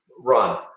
run